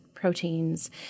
Proteins